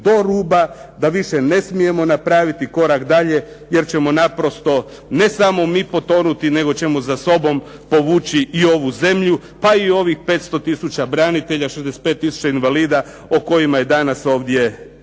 da više ne smijemo napraviti korak dalje, jer ćemo naprosto ne samo mi potonuti, nego ćemo za sobom povući i ovu zemlju, pa i ovih 500 tisuća branitelja, 65 tisuća invalida o kojima je danas ovdje